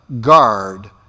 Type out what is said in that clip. guard